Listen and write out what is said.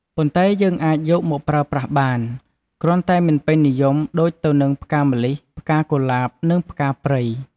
ប៉ុន្តែយើងអាចយកមកប្រើប្រាស់បាន គ្រាន់តែមិនពេញនិយមដូចទៅនឹងផ្កាម្លិះ ផ្កាកុលាប និងផ្កាព្រៃ។